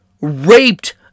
raped